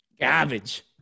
Garbage